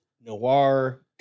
noir